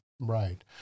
Right